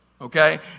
okay